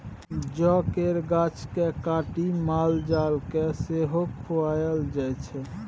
जौ केर गाछ केँ काटि माल जाल केँ सेहो खुआएल जाइ छै